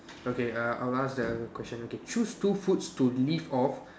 okay err I'll ask the other question okay choose two foods to live off